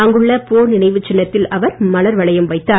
அங்குள்ள போர்நினைவுச் சின்னத்தில் அவர் மலர் வளையம் வைத்தார்